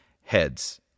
heads